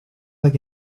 like